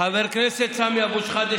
חבר כנסת סמי אבו שחאדה,